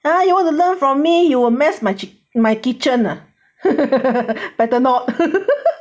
ah you want to learn from me you mess my kitchen ah better not